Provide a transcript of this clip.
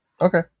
Okay